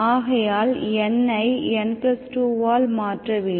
ஆகையால் n ஐ n 2 ஆல் மாற்ற வேண்டும்